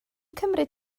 cymryd